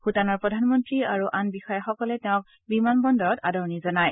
ভূটানৰ প্ৰধানমন্ত্ৰী আৰু আন বিষয়াসকলে তেওঁক বিমান বন্দৰত আদৰণি জনায়